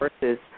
versus